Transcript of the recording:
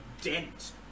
dent